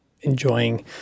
enjoying